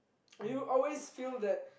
you always feel that